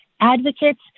advocates